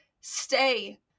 stay